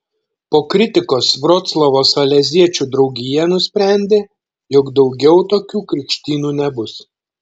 po kritikos vroclavo saleziečių draugija nusprendė jog daugiau tokių krikštynų nebus